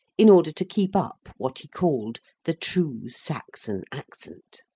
in order to keep up what he called the true saxon accent.